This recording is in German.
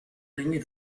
bringe